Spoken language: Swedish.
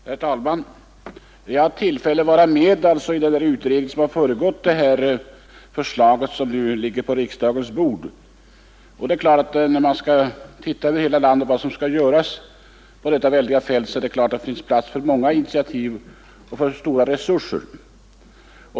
Herr talman! Jag har haft tillfälle att vara med i den utredning som föregått det förslag som nu ligger på riksdagens bord. Det är klart att när man över hela landet skall se efter vad som behöver göras på detta väldiga fält finns det plats för många initiativ och stora resurser.